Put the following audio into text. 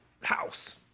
house